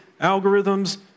algorithms